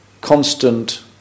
constant